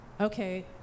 Okay